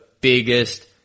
biggest